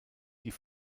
die